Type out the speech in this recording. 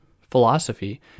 philosophy